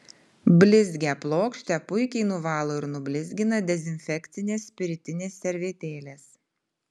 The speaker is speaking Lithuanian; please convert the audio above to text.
blizgią plokštę puikiai nuvalo ir nublizgina dezinfekcinės spiritinės servetėlės